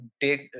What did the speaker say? take